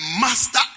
master